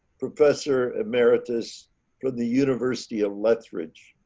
professor emeritus from the university of lethbridge.